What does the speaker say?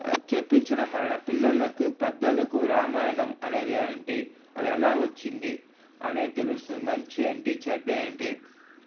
చెప్పించడం వలన పిల్లలకు పెద్దలకు రామాయణం అనేది ఏంటి అది ఎలా వచ్చింది అనేది తెలుస్తుంది మంచి ఏంటి చెడ్డ ఏంటి